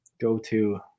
Go-to